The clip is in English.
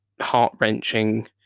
heart-wrenching